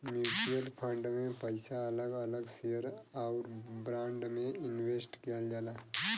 mutual fund में पइसा अलग अलग शेयर आउर बांड में इनवेस्ट किहल जाला